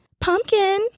pumpkin